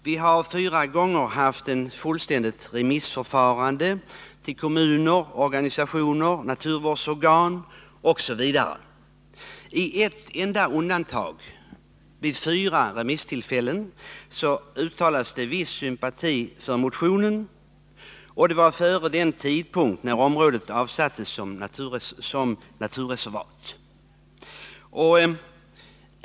Vi har fyra gånger haft ett fullständigt remissförfarande, med remisser till kommuner, organisationer, naturvårdsorgan osv. Som ett undantag uttalades vid ett av dessa fyra remisstillfällen en viss sympati för motionen, och det var före den tidpunkt när området avsattes som naturreservat.